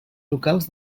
locals